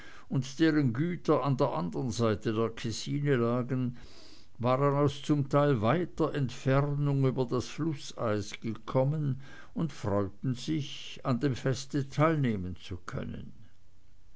und deren güter an der anderen seite der kessine lagen waren aus zum teil weiter entfernung über das flußeis gekommen und freuten sich an dem fest teilnehmen zu können